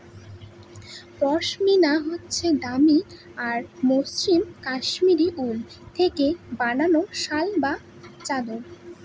পশমিনা হচ্ছে দামি আর মসৃণ কাশ্মীরি উল থেকে বানানো শাল বা চাদর